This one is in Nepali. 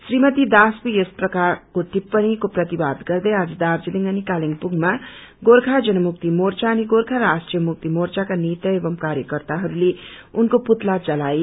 श्रीमती दासको यस प्रकारको टिप्पण को प्रतिवाद गर्दै आज दार्जीलिङ अनि कालेबुङमा गोर्खा जनमुक्ति मोर्चा अनि गोर्खा राष्ट्रिय मुक्ति मोर्चाकोनेता एवं कार्यकर्ताहरूले उनको पुल्ला जलाए